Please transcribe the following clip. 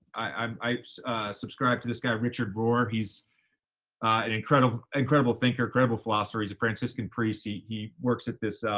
i subscribe to this guy richard rohr. he's an incredible, incredible thinker, incredible philosopher. he's a franciscan priest. he he works at this,